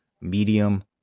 medium